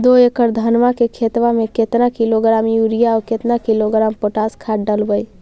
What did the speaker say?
दो एकड़ धनमा के खेतबा में केतना किलोग्राम युरिया और केतना किलोग्राम पोटास खाद डलबई?